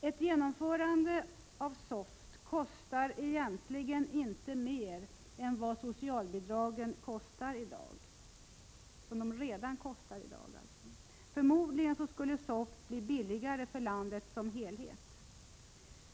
Ett genomförande av SOFT kostar egentligen inte mer än vad socialbidragen redan i dag kostar. Förmodligen skulle SOFT bli billigare för landet som helhet.